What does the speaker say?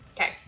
Okay